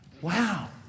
Wow